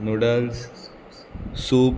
noodles soup